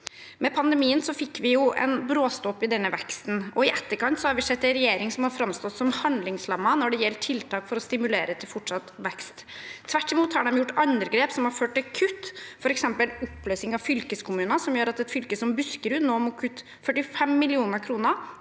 Med pandemien fikk vi en bråstopp i denne veksten, og i etterkant har vi sett en regjering som har framstått som handlingslammet når det gjelder tiltak for å stimulere til fortsatt vekst. Tvert imot har den gjort andre grep som har ført til kutt, f.eks. oppløsning av fylkeskommuner, som gjør at et fylke som Buskerud nå må kutte 45 mill. kr